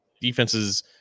defenses